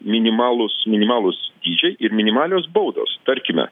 minimalūs minimalūs dydžiai ir minimalios baudos tarkime